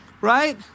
right